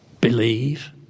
Believe